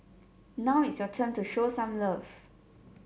now it's your turn to show some love